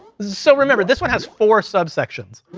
so remember this one has four subsections,